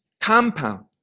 compound